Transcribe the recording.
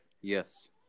yes